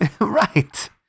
Right